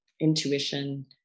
intuition